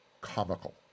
comical